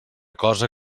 cosa